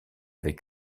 avec